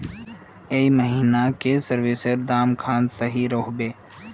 ए महीनात की सरिसर दाम खान सही रोहवे?